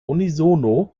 unisono